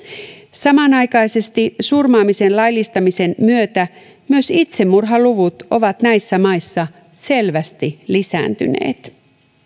samanaikaisesti surmaamisen laillistamisen myötä itsemurhaluvut ovat näissä maissa selvästi lisääntyneet